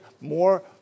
more